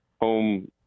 home